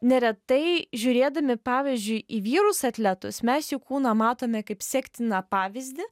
neretai žiūrėdami pavyzdžiui į vyrus atletus mes jų kūną matome kaip sektiną pavyzdį